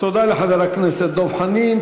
תודה לחבר הכנסת דב חנין.